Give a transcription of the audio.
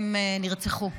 הם נרצחו.